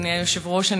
אדוני היושב-ראש.